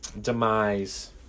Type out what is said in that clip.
Demise